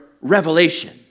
revelation